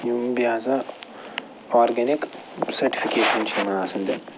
یِم بیٚیہِ ہَسا آرگینِک سٹفِکیشَن چھِ یِمَن آسان دِنۍ